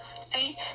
See